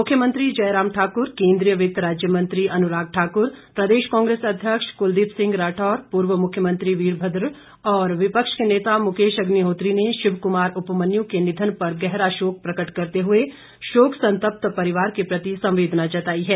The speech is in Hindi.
मुख्यमंत्री जयराम ठाकुर केंद्रीय वित्त राज्य मंत्री अनुराग ठाकुर प्रदेश कांग्रेस अध्यक्ष कुलदीप सिंह राठौर पूर्व मुख्यमंत्री वीरमद्र और विपक्ष के नेता मुकेश अग्निहोत्री ने शिव कुमार उपमन्यु के निधन पर गहरा शोक प्रकट करते हुए शोक संतप्त परिवार के प्रति संवेदना जताई है